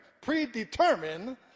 predetermined